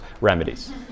remedies